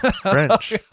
french